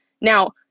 Now